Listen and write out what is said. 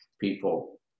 people